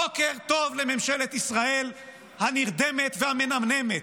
בוקר טוב לממשלת ישראל הנרדמת והמנמנמת.